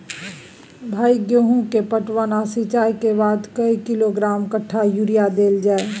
भाई गेहूं के पटवन आ सिंचाई के बाद कैए किलोग्राम कट्ठा यूरिया देल जाय?